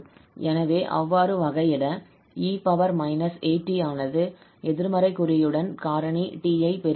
எனவே அவ்வாறு வகையிட 𝑒−𝑎𝑡 ஆனது எதிர்மறை குறியுடன் காரணி t ஐ பெறுகிறோம்